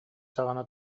саҕана